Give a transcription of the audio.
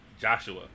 Joshua